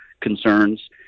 concerns